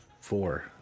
four